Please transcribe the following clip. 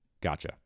Gotcha